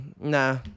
nah